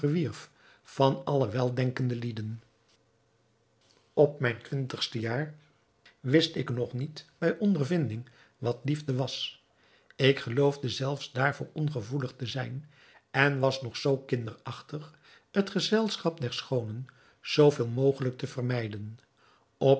van alle weldenkende lieden op mijn twintigste jaar wist ik nog niet bij ondervinding wat liefde was ik geloofde zelfs daarvoor ongevoelig te zijn en was nog zoo kinderachtig het gezelschap der schoonen zoo veel mogelijk te vermijden